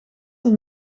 een